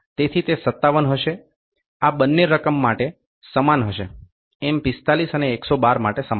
તેથી તે 57 હશે આ બંને રકમ માટે સમાન હશે M 45 અને M 112 માટે સમાન